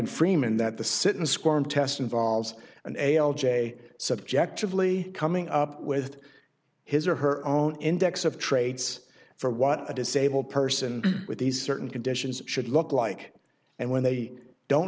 in freeman that the sit and squirm test involves an a l j subjectively coming up with his or her own index of traits for what a disabled person with these certain conditions should look like and when